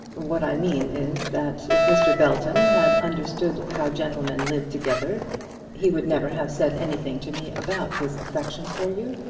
what i mean is, that if mr. belton had understood how gentlemen live together he would never have said anything to me about his affection for you.